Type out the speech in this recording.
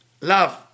love